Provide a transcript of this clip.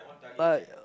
but